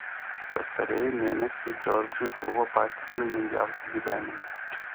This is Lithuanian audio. pastarieji mėnesiai džordžui buvo patys laimingiausi gyvenime